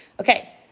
Okay